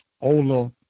Ola